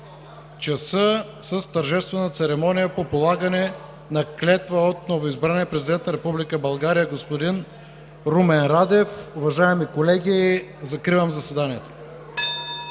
ч. с тържествена церемония по полагане на клетва от новоизбрания президент на Република България господин Румен Радев. Уважаеми колеги, закривам заседанието.